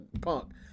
Punk